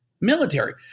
military